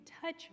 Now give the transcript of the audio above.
touch